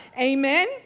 Amen